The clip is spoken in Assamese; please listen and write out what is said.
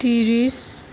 ত্ৰিছ